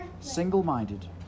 single-minded